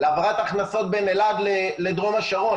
להעברת הכנסות בין אלעד לדרום השרון